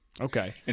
Okay